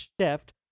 shift